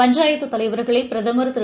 பஞ்சாயத்து தலைவாகளை பிரதமர் திரு